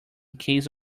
case